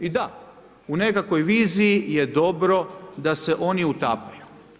I da, u nekakvoj viziji je dobro da se oni utapaju.